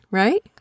right